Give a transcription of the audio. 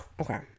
Okay